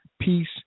Peace